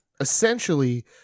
essentially